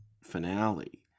finale